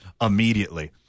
immediately